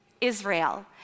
Israel